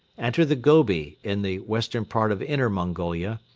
enter the gobi in the western part of inner mongolia,